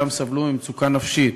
אני מתכבד להציג את הצעת חוק כלי הירייה (תיקון מס' 17),